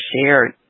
shared